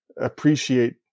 appreciate